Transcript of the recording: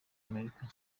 amerika